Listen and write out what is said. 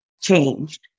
changed